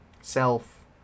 self